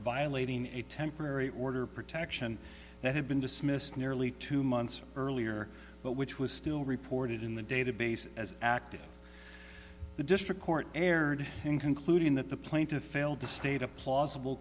violating a temporary order of protection that had been dismissed nearly two months earlier but which was still reported in the database as acting the district court erred in concluding that the plaintiff failed to state a plausible